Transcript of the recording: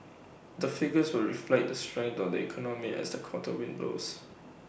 the figures will reflect the strength of the economy as the quarter windows